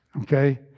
Okay